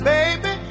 Baby